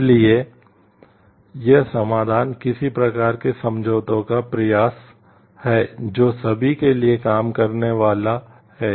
इसलिए यह समाधान किसी प्रकार के समझौते का प्रयास है जो सभी के लिए काम करने वाला है